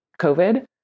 COVID